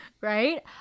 right